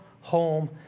home